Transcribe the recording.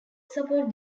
support